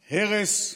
הרס.